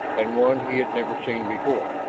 and one he had never seen before.